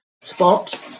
spot